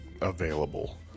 available